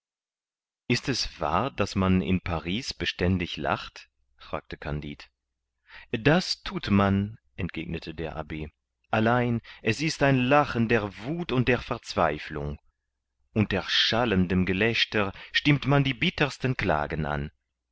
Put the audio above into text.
ist es wahr daß man in paris beständig lacht fragte kandid das thut man entgegnete der abb allein es ist ein lachen der wuth und verzweiflung unter schallendem gelächter stimmt man die bittersten klagen an